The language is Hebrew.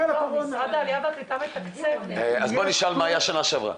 משרד העלייה והקליטה מתקצב --- אז בוא נשאל מה היה בשנה שעברה.